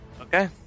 Okay